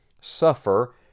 suffer